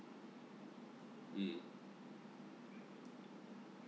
mm